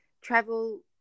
travel